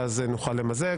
ואז נוכל למזג.